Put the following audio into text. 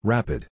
Rapid